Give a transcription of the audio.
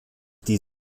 die